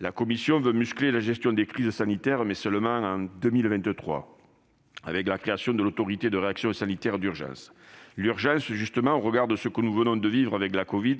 La Commission veut muscler la gestion des crises sanitaires- mais seulement en 2023 ...-, avec la création de l'Autorité pour la réaction aux urgences sanitaires. Au regard de ce que nous venons de vivre avec la covid,